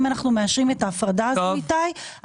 אם אנחנו מעשרים את ההפרדה הזאת,